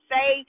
Say